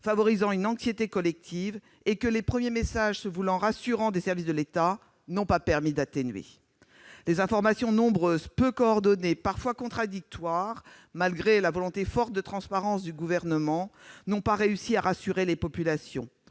favorisé une anxiété collective que les premiers messages, qui se voulaient rassurants, des services de l'État n'ont pas permis d'atténuer. Les informations nombreuses, mais peu coordonnées et parfois contradictoires, malgré la volonté forte de transparence du Gouvernement, n'ont pas réussi à rassurer les populations,